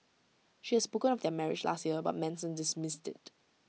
she had spoken of their marriage last year but Manson dismissed IT